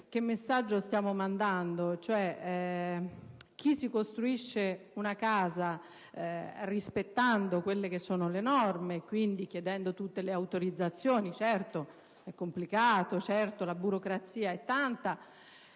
che messaggio stiamo mandando. Chi si costruisce una casa rispettando le norme, quindi chiedendo tutte le autorizzazioni (certo è complicato, certo la burocrazia è tanta)